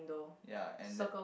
ya and there